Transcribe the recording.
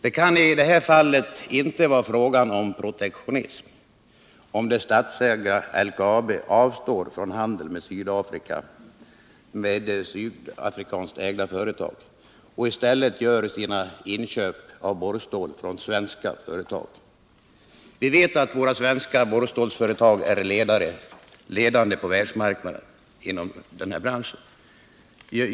Det kan i det här fallet inte vara fråga om protektionism, om det statsägda LKAB avstår från handel med sydafrikanskt ägda företag och i stället gör sina inköp av borrstål från svenskägda företag. Vi vet att våra svenska borrstålsföretag är ledande på världsmarknaden inom den här branschen.